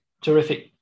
Terrific